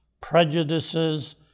prejudices